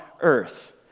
earth